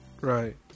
right